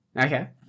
Okay